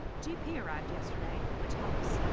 gp arrived yesterday, which helps.